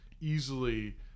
easily